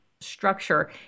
structure